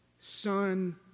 Son